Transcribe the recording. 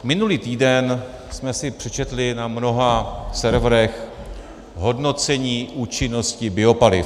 Minulý týden jsme si přečetli na mnoha serverech hodnocení účinnosti biopaliv.